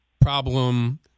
problem